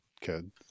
kid